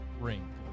ring